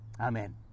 Amen